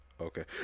okay